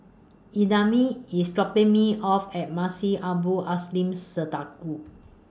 Idamae IS dropping Me off At Masjid Abdul